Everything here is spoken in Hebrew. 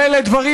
ואלה דברים,